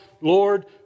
Lord